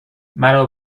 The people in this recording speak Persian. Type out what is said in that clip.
مرا